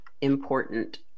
important